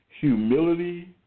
humility